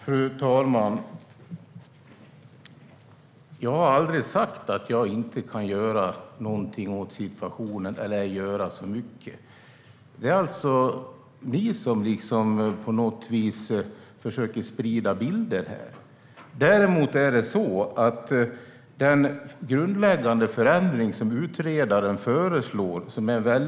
Fru talman! Jag har aldrig sagt att jag inte kan göra så mycket åt situationen. Det är ni som försöker sprida bilder här. Ni bortser från vikten av den grundläggande förändring som utredaren föreslår och hur central den är.